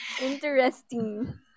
interesting